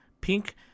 pink